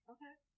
Okay